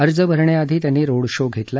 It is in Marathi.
अर्ज भरण्याआधी त्यांनी रोड शो घेतला